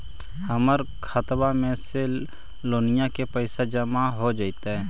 हमर खातबा में से लोनिया के पैसा जामा हो जैतय?